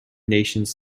nations